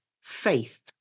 faith